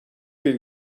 bir